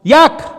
Jak?